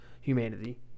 humanity